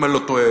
אם אני לא טועה,